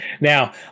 now